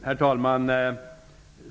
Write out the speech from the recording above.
Herr talman!